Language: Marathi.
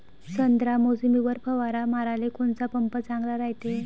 संत्रा, मोसंबीवर फवारा माराले कोनचा पंप चांगला रायते?